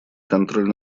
контроль